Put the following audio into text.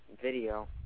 video